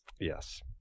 Yes